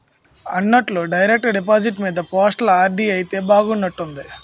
అన్నట్టు direct deposit మీద postal RD అయితే బాగున్నట్టుంది